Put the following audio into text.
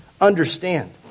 understand